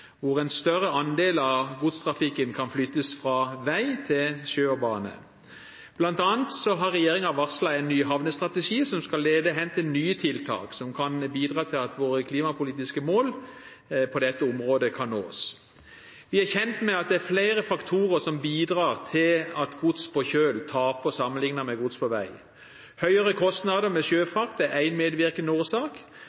hvor en større andel av godstrafikken kan flyttes fra vei til sjø og bane. Blant annet har regjeringen varslet en ny havnestrategi som skal lede hen til nye tiltak som kan bidra til at våre klimapolitiske mål på dette området kan nås. Vi er kjent med at det er flere faktorer som bidrar til at gods på kjøl taper sammenlignet med gods på vei. Høyere kostnader med